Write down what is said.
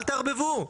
אל תערבבו,